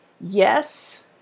yes